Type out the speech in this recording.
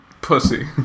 Pussy